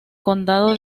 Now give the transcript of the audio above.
condado